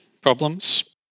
problems